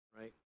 right